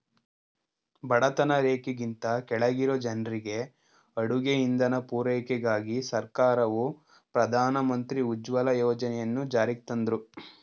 ಬಡತನ ರೇಖೆಗಿಂತ ಕೆಳಗಿರೊ ಜನ್ರಿಗೆ ಅಡುಗೆ ಇಂಧನ ಪೂರೈಕೆಗಾಗಿ ಸರ್ಕಾರವು ಪ್ರಧಾನ ಮಂತ್ರಿ ಉಜ್ವಲ ಯೋಜನೆಯನ್ನು ಜಾರಿಗ್ತಂದ್ರು